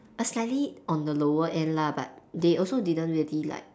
a slightly on the lower end lah but they also didn't really like